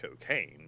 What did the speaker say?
cocaine